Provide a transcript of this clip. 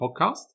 podcast